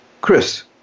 Chris